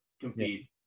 compete